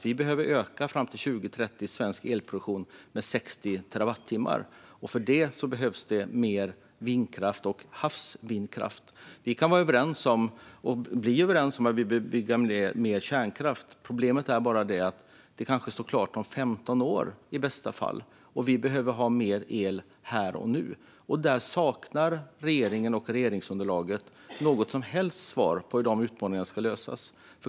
Vi behöver öka svensk elproduktion med 60 terawattimmar fram till 2030, och för det behövs det mer vindkraft och havsvindkraft. Vi kan vara överens om och bli överens om att vi behöver bygga mer kärnkraft. Problemet är bara att det kanske i bästa fall står klart om 15 år och att vi behöver ha mer el här och nu. Regeringen och regeringsunderlaget saknar svar på hur de utmaningarna ska lösas.